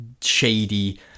shady